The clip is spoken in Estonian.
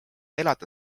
elada